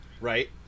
Right